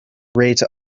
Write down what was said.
rate